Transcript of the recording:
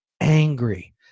angry